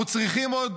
אנחנו צריכים עוד